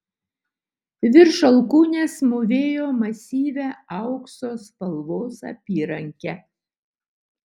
virš alkūnės mūvėjo masyvią aukso spalvos apyrankę